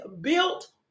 built